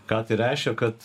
ką reiškia kad